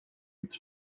its